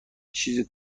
چیز